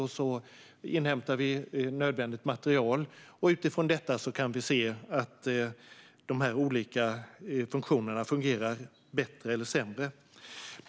Vi inhämtar nödvändigt material, och utifrån detta kan vi se att de olika funktionerna fungerar bättre eller sämre.